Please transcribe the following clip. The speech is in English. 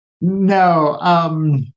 No